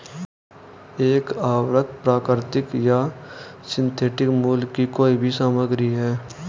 एक उर्वरक प्राकृतिक या सिंथेटिक मूल की कोई भी सामग्री है